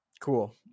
Cool